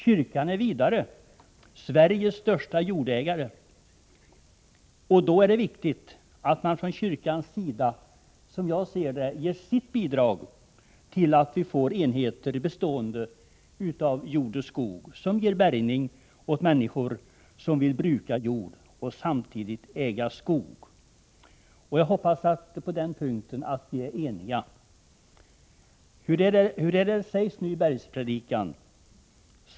Kyrkan är vidare Sveriges största jordägare, och då är det viktigt att man från kyrkans sida bidrar till att vi får enheter bestående av jord och skog som ger bärgning åt människor som vill bruka jord och samtidigt äga skog. Jag hoppas att vi på denna punkt är eniga. Hur är det nu det sägs i bergspredikan?